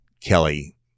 kelly